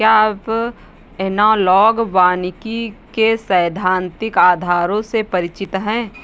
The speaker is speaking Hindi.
क्या आप एनालॉग वानिकी के सैद्धांतिक आधारों से परिचित हैं?